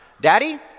Daddy